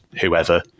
whoever